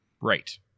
Right